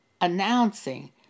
announcing